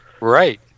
Right